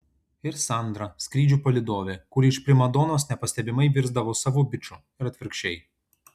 ir sandra skrydžių palydovė kuri iš primadonos nepastebimai virsdavo savu biču ir atvirkščiai